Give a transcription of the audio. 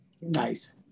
Nice